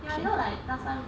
ya you know like last time